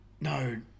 No